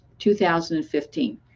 2015